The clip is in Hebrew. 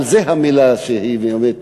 אני לא יודע אם זה תשישות בדיוק.